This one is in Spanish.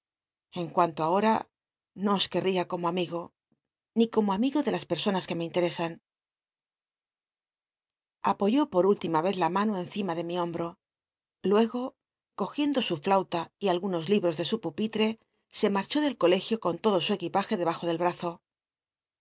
en cuanto ahora no os qucl'l'ia como amigo ni como amigo de las personas que me intccesan apoyó por úllima cz la mano encima de mi hombro luego cogiendo su llaula y algunos libros de su pupite se marchó del colegio con todo su equipaje debajo del brazo